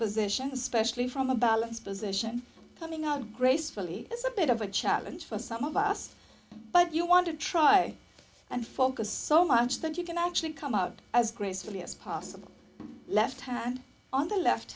position especially from a balance position coming out gracefully is a bit of a challenge for some of us but you want to try and focus so much that you can actually come out as gracefully as possible left hand on the left